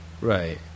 Right